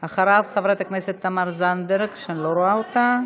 אחריו, חברת הכנסת תמר זנדברג, שאני לא רואה אותה.